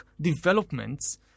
developments